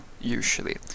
usually